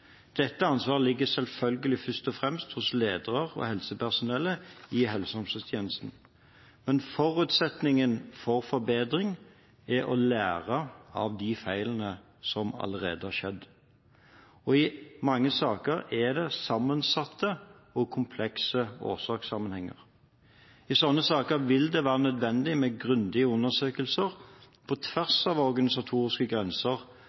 Dette ansvaret ligger selvfølgelig først og fremst hos ledere og helsepersonell i helse- og omsorgstjenesten. Men forutsetningen for forbedring er å lære av de feilene som allerede har skjedd. I mange saker er det sammensatte og komplekse årsakssammenhenger. I slike saker vil det være nødvendig med grundige undersøkelser på tvers av organisatoriske grenser